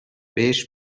بهش